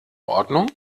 ordnung